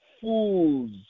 fools